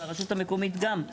והרשות המקומית גם,